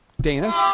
Dana